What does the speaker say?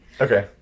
Okay